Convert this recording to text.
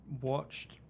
watched